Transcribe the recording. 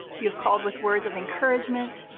you have called with words of encouragement,